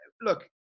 Look